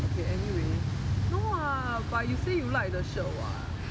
okay anyway no [what] but you say you like the shirt [what]